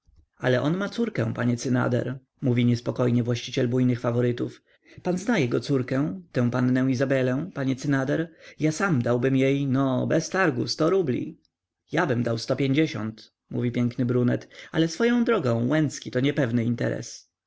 ale on ma córkę panie cynader mówi niespokojnie właściciel bujnych faworytów pan zna jego córkę tę pannę izabelę panie cynader ja sam dałbym jej no bez targu sto rubli jabym dał sto pięćdziesiąt mówi piękny brunet ale swoją drogą łęcki to niepewny interes